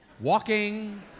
walking